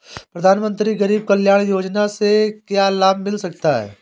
प्रधानमंत्री गरीब कल्याण योजना से क्या लाभ मिल सकता है?